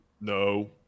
No